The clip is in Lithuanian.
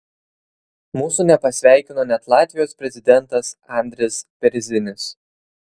mūsų nepasveikino net latvijos prezidentas andris bėrzinis